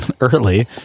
early